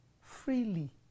Freely